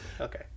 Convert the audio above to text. okay